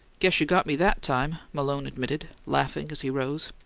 guess you got me that time, malone admitted, laughing as he rose.